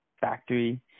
factory